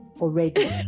already